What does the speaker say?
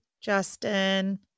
Justin